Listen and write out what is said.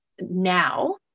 now